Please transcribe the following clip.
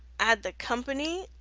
add the company,